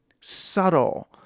subtle